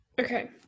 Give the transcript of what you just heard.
okay